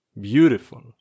beautiful